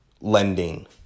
lending